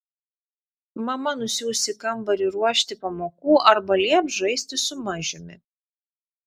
mama nusiųs į kambarį ruošti pamokų arba lieps žaisti su mažiumi